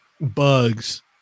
bugs